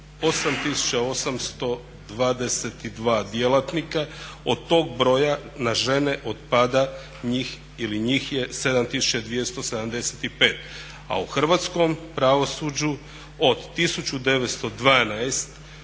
8822 djelatnika, od tog broja na žene otpada njih ili njih je 7275. A u hrvatskom pravosuđu od 1912 dužnosnika